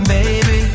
Baby